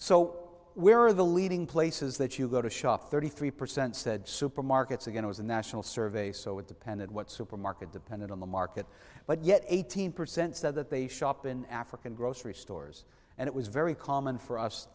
so where are the leading places that you go to shop thirty three percent said supermarkets are going to is a national survey so it depended what supermarket depended on the market but yet eighteen percent said that they shop in african grocery stores and it was very common for us